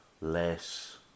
less